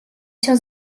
się